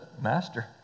Master